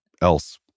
else